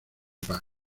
paz